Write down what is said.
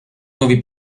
nuovi